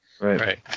Right